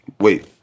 Wait